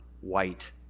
white